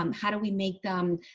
um how do we make them? ah,